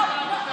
נעבור,